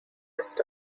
rest